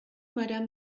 madame